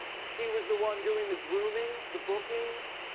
she was the one doing the grooming, the bookings.